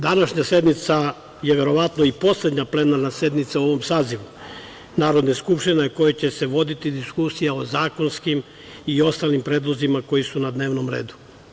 Današnja sednica je verovatno i poslednja plenarna sednica u ovom sazivu Narodne skupštine na kojoj će se voditi diskusija o zakonskim i ostalim predlozima koji su na dnevnom redu.